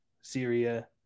Syria